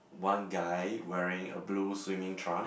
one guy wearing a blue swimming trunk